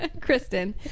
Kristen